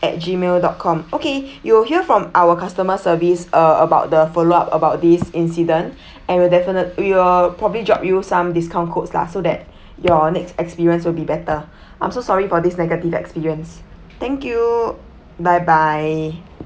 at gmail dot com okay you will hear from our customer service uh about the follow up about this incident and we'll definitely we will probably drop you some discount codes lah so that your next experience will be better I'm so sorry for this negative experience thank you bye bye